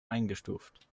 eingestuft